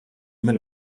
mill